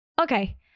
Okay